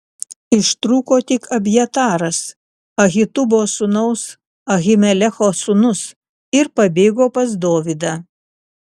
ištrūko tik abjataras ahitubo sūnaus ahimelecho sūnus ir pabėgo pas dovydą